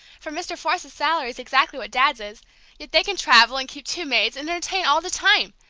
for mr. forsythe's salary is exactly what dad's is yet they can travel, and keep two maids, and entertain all the time!